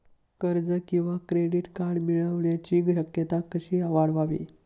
कर्ज किंवा credit card मिळण्याची शक्यता कशी वाढवावी?